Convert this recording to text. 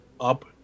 up